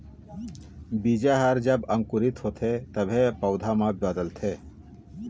बीजा ह जब अंकुरित होथे तभे पउधा म बदलथे